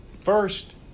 First